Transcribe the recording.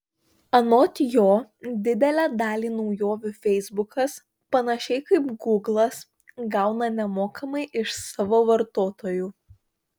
anot jo didelę dalį naujovių feisbukas panašiai kaip gūglas gauna nemokamai iš savo vartotojų